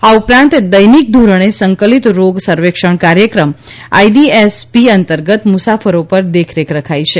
આ ઉપરાંત દૈનિક ધોરણે સંકલિત રોગ સર્વેક્ષણ કાર્યક્રમ આઇડીએસપી અંતર્ગત મુસાફરો પર દેખરેખ રખાઇ રહી છે